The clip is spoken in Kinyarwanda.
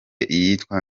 yitwa